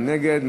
מי נגד?